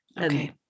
Okay